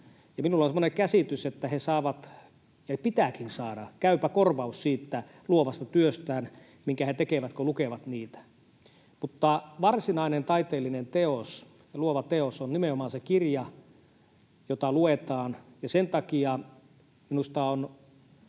minulla on semmoinen käsitys, että he saavat — ja pitääkin saada — käyvän korvauksen siitä luovasta työstään, minkä he tekevät, kun lukevat niitä, mutta varsinainen taiteellinen teos, se luova teos, on nimenomaan se kirja, jota luetaan. Sen takia minusta on